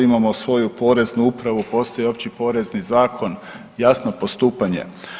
Imamo svoju Poreznu upravu, postoji Opći porezni zakon, jasno postupanje.